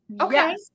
Okay